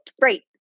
Great